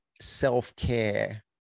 self-care